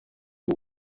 cyo